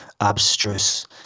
abstruse